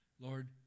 Lord